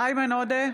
איימן עודה,